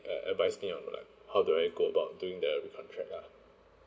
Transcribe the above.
uh advice me on like how do I go about doing the recontract ah